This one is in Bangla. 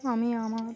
আমি আমার